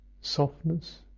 Softness